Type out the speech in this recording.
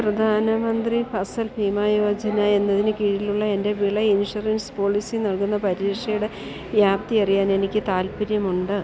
പ്രധാനമന്ത്രി ഫസൽ ഭീമാ യോജന എന്നതിന് കീഴിലുള്ള എൻ്റെ വിള ഇൻഷുറൻസ് പോളിസി നൽകുന്ന പരിരക്ഷയുടെ വ്യാപ്തി അറിയാൻ എനിക്ക് താൽപ്പര്യമുണ്ട്